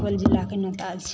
सुपौल जिलाके नेता छै